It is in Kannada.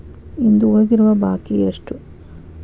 ಇಂದು ಉಳಿದಿರುವ ಬಾಕಿ ಎಷ್ಟು?